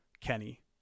Kenny